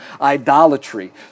idolatry